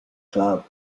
club